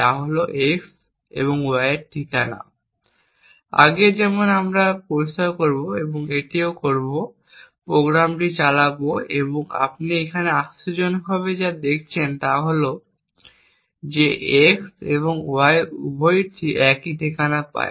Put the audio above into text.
তা হল x এবং y এর ঠিকানা আগে যেমন আমরা পরিষ্কার করব এবং এটি তৈরি করব এবং প্রোগ্রাম চালাব এবং আপনি এখানে আশ্চর্যজনকভাবে যা দেখছেন তা হল যে x এবং y উভয়ই একই ঠিকানা পায়